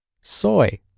soy